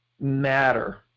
matter